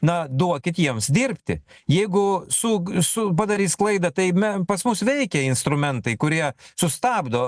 na duokit jiems dirbti jeigu sug su padarys klaidą tai me pas mus veikia instrumentai kurie sustabdo